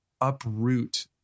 uproot